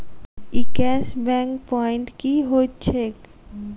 ई cash back point की होइत छैक?